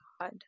God